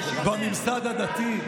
בממסד הדתי,